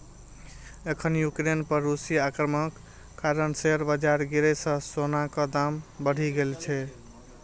एखन यूक्रेन पर रूसी आक्रमणक कारण शेयर बाजार गिरै सं सोनाक दाम बढ़ि गेल छै